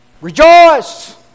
Rejoice